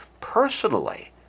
personally